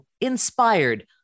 Inspired